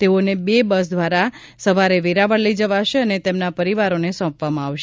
તેઓને બે બસ દ્વારા આજે સવારે વેરાવળ લઇ જવાશે અને તેમના પરિવારોને સોંપવામાં આવશે